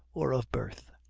or of birth.